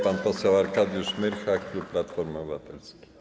Pan poseł Arkadiusz Myrcha, klub Platformy Obywatelskiej.